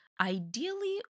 Ideally